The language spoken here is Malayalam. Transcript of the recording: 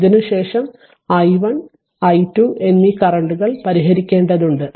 ഇതിനുശേഷം i1 i2 എന്നീ കറന്റുകൾ പരിഹരിക്കേണ്ടതുണ്ട്